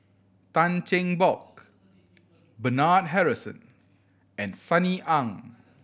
Tan Cheng Bock Bernard Harrison and Sunny Ang